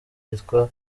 yitwa